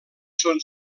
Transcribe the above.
són